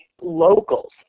locals